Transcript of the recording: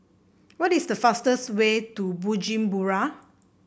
what is the fastest way to Bujumbura